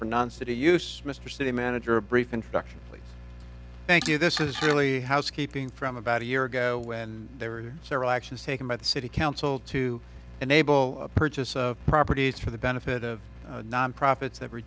city mr city manager a brief introduction please thank you this is really housekeeping from about a year ago when there were several actions taken by the city council to enable the purchase of properties for the benefit of non profits every